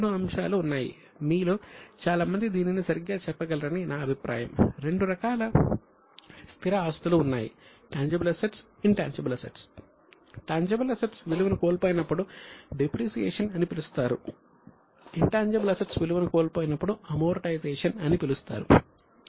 tangible assets విలువను కోల్పోయినప్పుడు depreciation అని పిలుస్తారు ఇన్ టాన్జిబుల్ అసెట్స్ విలువను కోల్పోయినప్పుడు అమోర్టైజేషన్ అని పిలుస్తారు